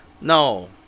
No